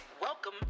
welcome